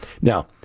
Now